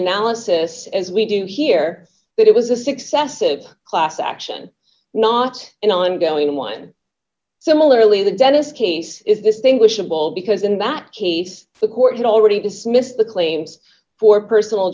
analysis as we do here that it was a successive class action not an ongoing one similarly the dentist case is this thing which of all because in that case the court had already dismissed the claims for personal